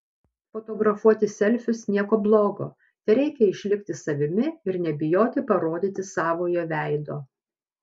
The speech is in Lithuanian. fotografuoti selfius nieko blogo tereikia išlikti savimi ir nebijoti parodyti savojo veido